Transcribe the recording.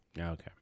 Okay